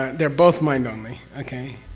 they're both mind-only. okay?